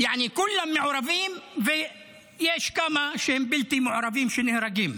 יעני כולם מעורבים ויש כמה שהם בלתי מעורבים שנהרגים.